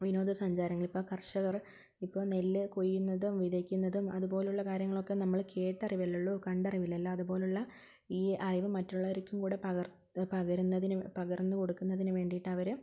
വിനോദസഞ്ചാരങ്ങൾ ഇപ്പോൾ കർഷകർ ഇപ്പോൾ നെല്ല് കൊയ്യുന്നതും വിതയ്ക്കുന്നതും അതുപോലെയുള്ള കാര്യങ്ങളൊക്കെ നമ്മള് കേട്ടറിവല്ലേയുള്ളു കണ്ടറിവില്ലല്ലോ അതുപോലെയുള്ള ഈ അറിവ് മറ്റുള്ളവർക്കും കൂടെ പകർന്ന് പകരുന്നതിന് പകർന്ന് കൊടുക്കുന്നതിന് വേണ്ടിയിട്ട് അവര്